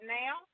now